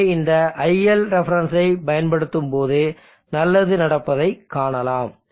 எனவே இந்த iLref ஐ பயன்படுத்தும்போது நல்லது நடப்பதை காணலாம்